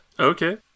Okay